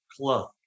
club